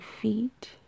feet